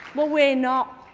but we're not,